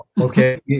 Okay